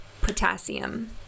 potassium